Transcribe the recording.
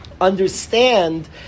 understand